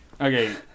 Okay